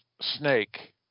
snake